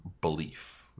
belief